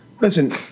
Listen